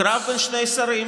קרב בין שני שרים,